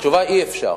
התשובה היא שאי-אפשר.